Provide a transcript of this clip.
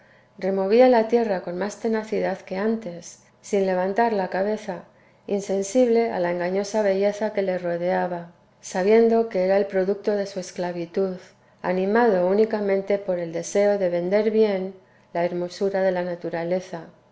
removía la tierra con más tenacidad que antes sin levantar la cabeza insensible a la engañosa belleza que le rodeaba sabiendo que era el producto de su esclavitud animado únicamente por el deseo de vender bien la hermosura de la naturaleza